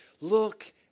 Look